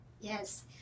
yes